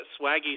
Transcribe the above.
Swaggy